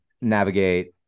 navigate